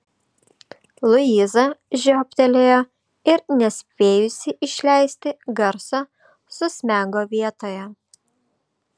luiza žiobtelėjo ir nespėjusi išleisti garso susmego vietoje